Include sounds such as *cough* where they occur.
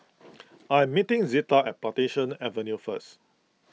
*noise* I am meeting Zita at Plantation Avenue first